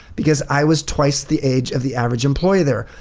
because i was twice the age of the average employee there.